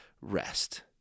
rest